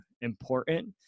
important